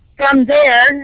from there,